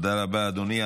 תודה רבה, אדוני.